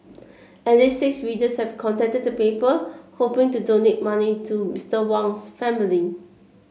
at least six readers have contacted the paper hoping to donate money to Mr Wang's family